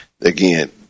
Again